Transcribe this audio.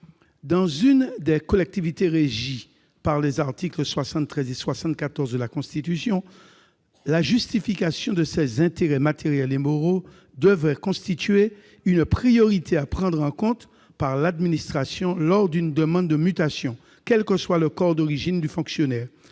dans l'une des collectivités régies par les articles 73 et 74 de la Constitution. Ces intérêts matériels et moraux devaient donc constituer une priorité à prendre en compte par l'administration lors d'une demande de mutation, quel que soit le corps d'origine du fonctionnaire.